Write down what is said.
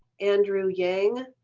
andrew yang,